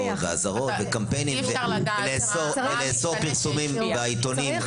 ואזהרות וקמפיינים ולאסור פרסומים בעיתונים.